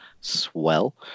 swell